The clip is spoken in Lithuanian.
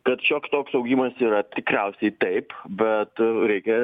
kad šioks toks augimas yra tikriausiai taip bet reikia